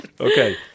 Okay